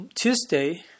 Tuesday